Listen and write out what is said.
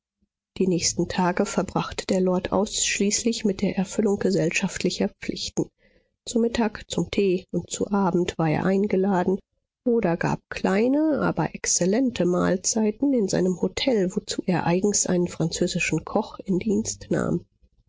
die nächsten tage verbrachte der lord ausschließlich mit der erfüllung gesellschaftlicher pflichten zu mittag zum tee und zu abend war er eingeladen oder gab kleine aber exzellente mahlzeiten in seinem hotel wozu er eigens einen französischen koch in dienst nahm